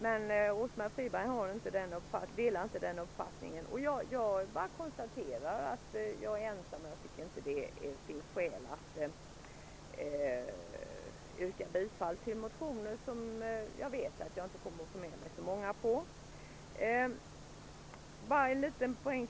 Rose-Marie Frebran delar inte den uppfattningen. Jag bara konstaterar att jag står ensam. Det finns inte skäl att yrka bifall till motionen, eftersom jag vet att jag inte kommer att få med mig så många.